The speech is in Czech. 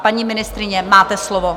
Paní ministryně, máte slovo.